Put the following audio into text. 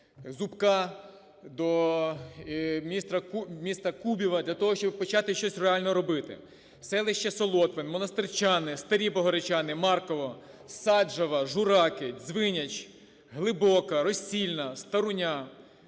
Зубка, до міністра Кубіва для того, щоб почати щось реально робити. Селища Солотвино, Монастирчани, Старі Богородчани, Маркова, Саджава, Жураки, Дзвиняч, Глибоке, Росільна, Старуня,